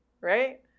right